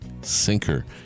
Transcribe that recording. Sinker